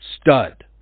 stud